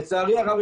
לצערי הרב,